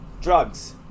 drugs